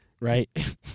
right